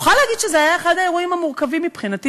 אוכל להגיד שזה היה אחד האירועים המורכבים מבחינתי.